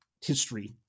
history